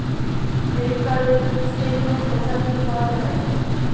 Credit card র statement কোথা থেকে পাওয়া যাবে?